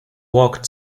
walked